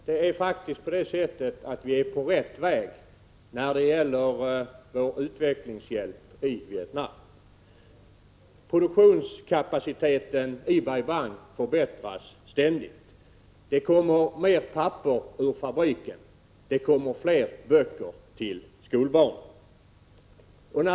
Herr talman! Vi är faktiskt på rätt väg när det gäller vår utvecklingshjälp i Vietnam. Produktionskapaciteten i Bai Bang förbättras ständigt. Det kommer mer papper ur fabriken, och det kommer fler böcker till skolbarnen.